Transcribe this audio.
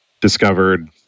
discovered